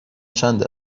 چند